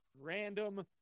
random